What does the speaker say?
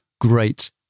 great